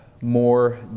more